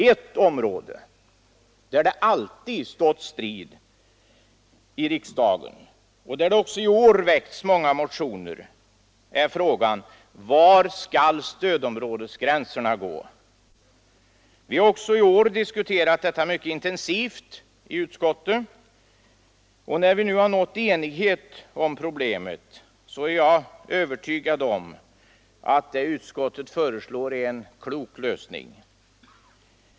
Ett område där det alltid stått strid i riksdagen och där det också i år väckts många motioner är frågan var stödområdesgränserna skall gå. Vi har också i år diskuterat detta mycket intensivt i utskottet. När vi nu nått enighet om problemet är jag övertygad om att det utskottet föreslår är en klok lösning.